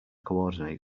coordinate